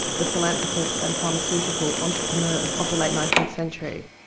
the philanthropist and pharmaceutical entrepreneur of the late nineteenth century.